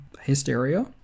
hysteria